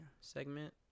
segment